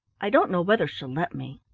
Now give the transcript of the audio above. i don't know whether she'll let me.